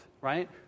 right